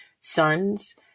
Sons